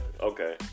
Okay